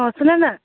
अँ सुन न